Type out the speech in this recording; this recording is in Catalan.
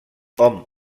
hom